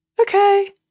Okay